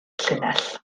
llinell